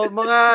mga